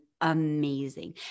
amazing